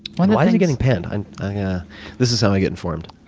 why why is he getting panned? and yeah this is how i get informed.